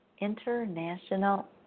international